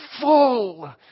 full